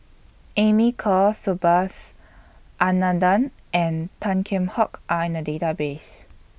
Amy Khor Subhas Anandan and Tan Kheam Hock Are in The Database